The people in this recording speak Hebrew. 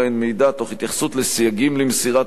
תוך התייחסות לסייגים למסירת המידע.